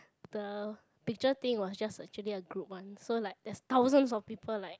the picture thing was just actually a group one so like that's thousand of people like